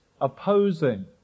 opposing